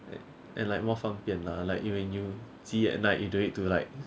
and like more 方便 lah like you when you 急 at night you don't need to like